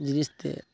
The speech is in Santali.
ᱡᱤᱱᱤᱥᱛᱮ